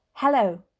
Hello